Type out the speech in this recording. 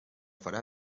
farà